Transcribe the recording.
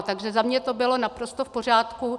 Takže za mě to bylo naprosto v pořádku.